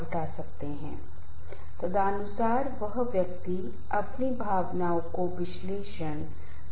आज का तनाव अलार्म की दर पर आसमान छू रहा है और व्यक्तियों परिवारों और समुदायों पर तनाव डाल रहा है